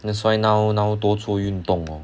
that's why now now 多做运动 lor